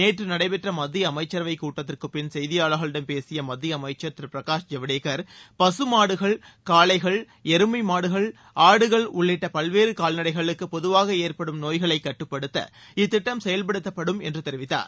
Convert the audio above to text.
நேற்று நடைபெற்ற மத்திய அமைச்சரவை கூட்டத்திற்குப்பின் செய்தியாளர்களிடம் பேசிய மத்திய அமைச்சர் திரு பிரகாஷ் ஜவ்டேகர் பகமாடுகள் காளைகள் எருமை மாடுகள் ஆடுகள் உள்ளிட்ட பல்வேறு கால்நடைகளுக்கு பொதுவாக ஏற்படும் நோய்களை கட்டுப்படுத்த இத்திட்டம் செயல்படுத்தப்படும் என்று தெரிவித்தார்